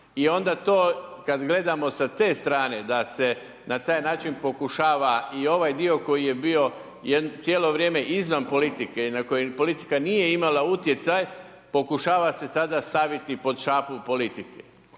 I onda to kad gledamo sa te strane, da se na taj način pokušava i ovaj dio koji je bio cijelo vrijeme izvan politike i na koji politika nije imala utjecaj, pokušava se sada staviti pod šapu politike.